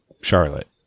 Charlotte